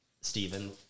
Stephen